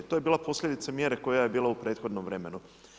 To je bila posljedica mjere koja je bila u prethodnom vremenu.